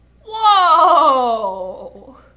Whoa